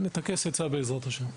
נטכס עצה, בעזרת השם.